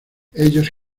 ellos